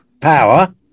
power